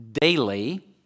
daily